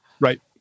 Right